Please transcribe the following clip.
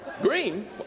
Green